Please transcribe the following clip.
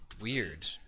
weird